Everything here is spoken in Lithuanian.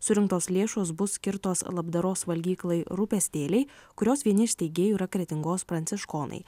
surinktos lėšos bus skirtos labdaros valgyklai rūpestėliai kurios vieni iš steigėjų yra kretingos pranciškonai